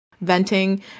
venting